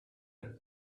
hur